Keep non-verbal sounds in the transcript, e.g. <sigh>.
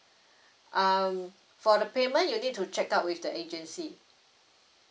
<breath> um for the payment you need to check up with the agency